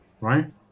right